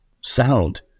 sound